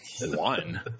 One